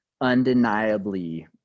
undeniably